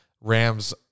Rams